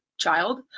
child